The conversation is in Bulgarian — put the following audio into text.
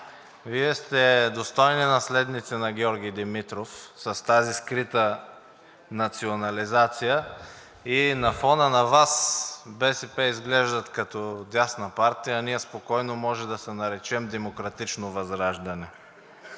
Вие сте достойни наследници на Георги Димитров с тази скрита национализация. На фона на Вас БСП изглеждат като дясна партия, а ние спокойно може да се наречем „Демократично Възраждане“.